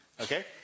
Okay